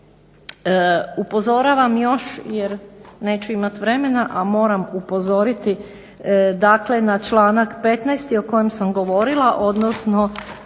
Upozoravam još, jer neću imati vremena, a moram upozoriti dakle na članak 15. o kojem sam govorila, odnosno